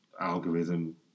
algorithm